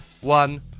one